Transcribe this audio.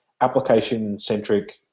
application-centric